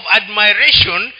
admiration